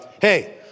Hey